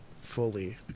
fully